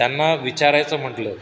त्यांना विचारायचं म्हंटलं